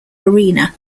arena